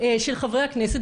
בטח לחברי כנסת